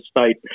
State